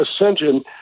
Ascension